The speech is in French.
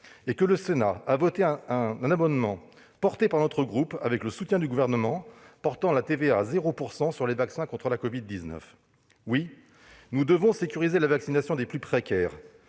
et que le Sénat a voté un amendement, porté par notre groupe, avec le soutien du Gouvernement, visant à fixer la TVA à 0 % sur les vaccins contre la covid-19. Oui, nous devons sécuriser la vaccination des plus précaires.